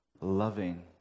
loving